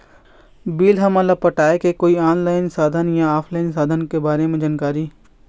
Bill हमन ला पटाए के कोई ऑनलाइन साधन या ऑफलाइन साधन के बारे मे जानकारी?